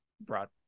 brought